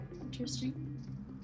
Interesting